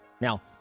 Now